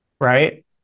right